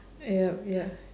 yup ya